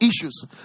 issues